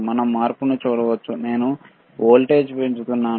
మనం మార్పును చూడవచ్చు నేను వోల్టేజ్ పెంచుతున్నాను